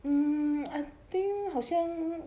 mm I think 好像